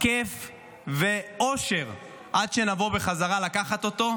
כיף ואושר עד שנבוא לקחת אותו בחזרה,